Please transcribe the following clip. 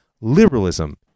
Liberalism